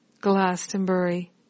Glastonbury